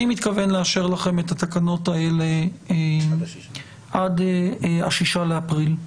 אני מתכוון לאשר לכם את התקנות האלה עד ה-6 באפריל.